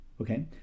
Okay